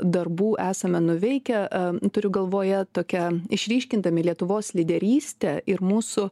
darbų esame nuveikę turiu galvoje tokia išryškindami lietuvos lyderystę ir mūsų